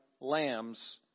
lambs